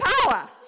power